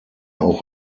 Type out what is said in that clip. auch